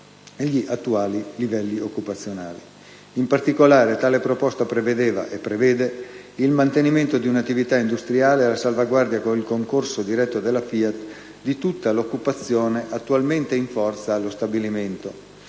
e gli attuali livelli occupazionali. In particolare, tale proposta prevedeva - e prevede - il mantenimento di un'attività industriale e la salvaguardia, con il concorso diretto della FIAT, di tutta l'occupazione attualmente in forza allo stabilimento.